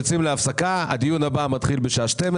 הישיבה ננעלה בשעה